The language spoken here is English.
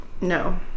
No